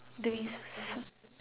doing some~